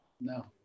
No